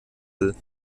will